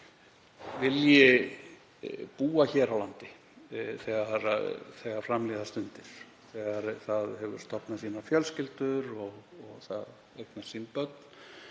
vilji búa hér á landi þegar fram líða stundir. Þegar það hefur stofnað sínar fjölskyldur og eignast sín börn